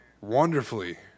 wonderfully